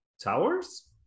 Towers